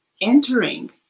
entering